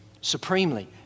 Supremely